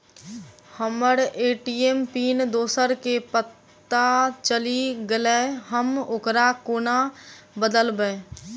हम्मर ATM PIN दोसर केँ पत्ता चलि गेलै, हम ओकरा कोना बदलबै?